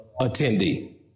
attendee